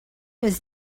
was